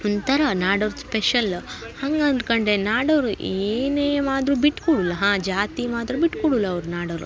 ಒಂಥರ ನಾಡೋರ ಸ್ಪೆಷಲ ಹಂಗೆ ಅಂದ್ಕೊಂಡೆ ನಾಡೋರು ಏನೇ ಮಾದ್ರು ಬಿಟ್ಟು ಕೊಡ್ಲ ಹಾಂ ಜಾತಿ ಮಾತ್ರ ಬಿಟ್ಟು ಕೊಡುಲ್ಲ ಅವ್ರು ನಾಡೋರು